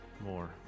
More